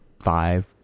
five